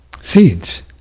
seeds